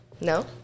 No